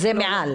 זה בנוסף.